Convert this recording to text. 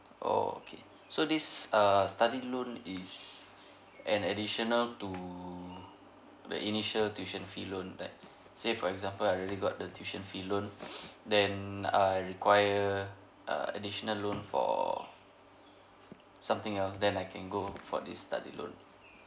orh okay so this err study loan is an additional to the initial tuition fee loan right say for example I already got the tuition fee loan then I require a additional loan for something else then I can go for this study loan